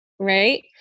Right